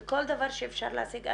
כל דבר שאפשר להשיג,